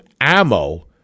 ammo